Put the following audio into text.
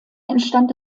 entstand